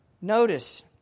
Notice